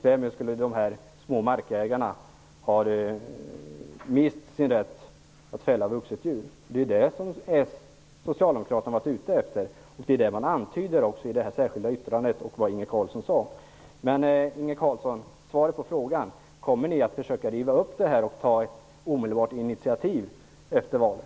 Därmed skulle de små markägarna ha mist sin rätt att fälla ett vuxet djur. Det är vad socialdemokraterna är ute efter. Det antyder man också i det särskilda yttrandet, och det antydde också Inge Carlsson. Svara på frågan, Inge Carlsson: Kommer ni att försöka riva upp beslutet och ta initiativ omedelbart efter valet?